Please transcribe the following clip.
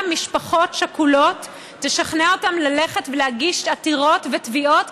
משפחות שכולות ללכת ולהגיש עתירות ותביעות,